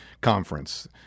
conference